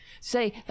Say